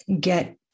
get